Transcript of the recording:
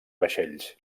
vaixells